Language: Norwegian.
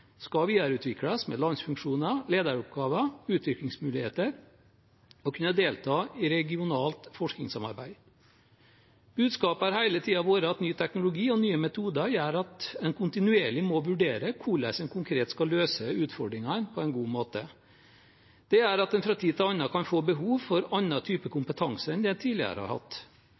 skal videreutvikles med landfunksjoner, lederoppgaver, utviklingsmuligheter, og at de skal kunne delta i regionalt forskningssamarbeid. Budskapet har hele tiden vært at ny teknologi og nye metoder gjør at en kontinuerlig må vurdere hvordan en konkret skal løse utfordringene på en god måte, og det gjør at en fra tid til annen kan få behov for annen type kompetanse enn det en tidligere har hatt.